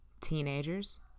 teenagers